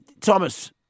Thomas